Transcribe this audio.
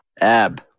Ab